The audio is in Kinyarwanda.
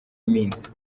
iminsi